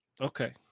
Okay